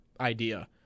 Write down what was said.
idea